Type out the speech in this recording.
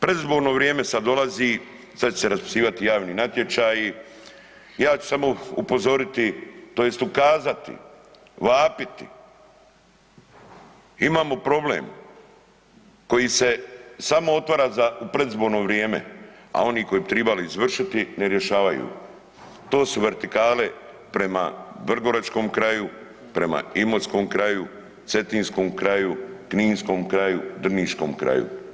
Predizborno vrijeme sad dolazi, sad će se raspisivati javni natječaji, ja ću samo upozoriti tj. ukazati, vapiti, imamo problem koji se samo otvara za, u predizborno vrijeme, a oni koji bi tribali izvršiti, ne rješavaju, to su vertikale prema vrgoračkom kraju, prema imotskom kraju, cetinskom kraju, kninskom kraju, drniškom kraju.